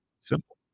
Simple